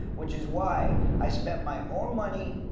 which is why i spent my own money,